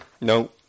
No